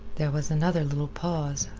there was another little pause.